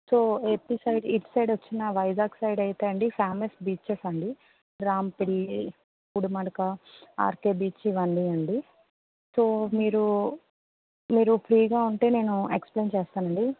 so AP side ఇటు side వచ్చిన Vizag side అయితే అండి ఫ్యామస్ బీచెస్ అండి రాంపల్లి పూడిమడక ఆర్కె బీచ్ ఇవన్నీ అండి సో మీరు మీరు ఫ్రీగా ఉంటే నేను ఎక్స్ప్లేన్ చేస్తానండి